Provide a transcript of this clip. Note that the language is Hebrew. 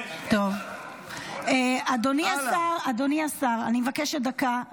45. אדוני השר, אני מבקשת דקה.